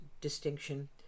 distinction